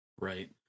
Right